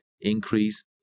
increase